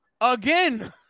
again